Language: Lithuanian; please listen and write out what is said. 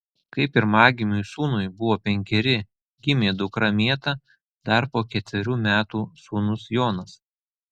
kai pirmagimiui sūnui buvo penkeri gimė dukra mėta dar po ketverių metų sūnus jonas